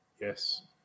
Yes